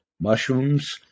Mushrooms